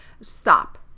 Stop